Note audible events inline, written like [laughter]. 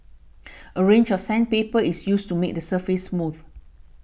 [noise] a range of sandpaper is used to make the surface smooth